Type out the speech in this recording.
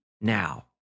now